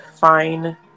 fine